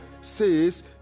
says